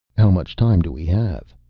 how much time do we have?